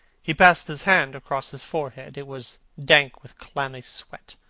he passed his hand across his forehead. it was dank with clammy sweat.